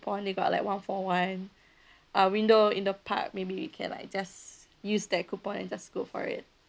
coupon they got like one for one uh window in the park maybe we can like just use that coupon and just go for it